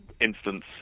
instance